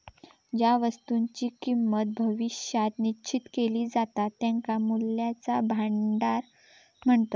ज्या वस्तुंची किंमत भविष्यात निश्चित केली जाता त्यांका मूल्याचा भांडार म्हणतत